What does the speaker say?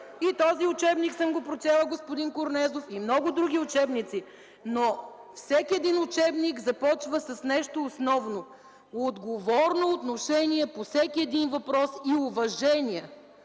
И този учебник съм го прочела, господин Корнезов, и много други учебници. Но всеки един учебник започва с нещо основно: отговорно отношение по всеки един въпрос и уважение